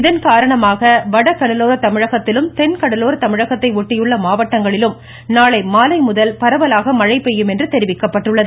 இதன்காரணமாக வடகடலோர தமிழகத்திலும் தென் கடலோர தமிழகத்தை ஒட்டியுள்ள மாவட்டங்களிலும் நாளைமாலைமுதல் பரவலாக மழை பெய்யும் என்றும் தெரிவிக்கப்பட்டுள்ளது